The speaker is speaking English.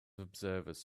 observers